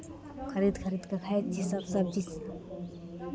खरीद खरीद कऽ खाइ छियै सभ सबजी